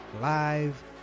live